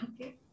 Okay